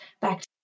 back